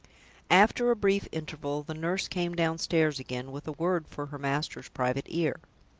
after a brief interval, the nurse came downstairs again, with a word for her master's private ear.